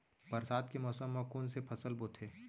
बरसात के मौसम मा कोन से फसल बोथे?